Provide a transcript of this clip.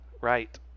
Right